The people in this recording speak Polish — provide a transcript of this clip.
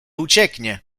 ucieknie